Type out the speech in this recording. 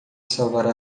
salvar